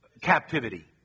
captivity